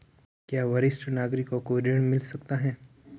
क्या वरिष्ठ नागरिकों को ऋण मिल सकता है?